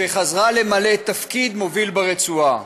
שחזרה למלא תפקיד מוביל ברצועה.